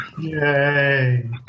yay